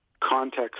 context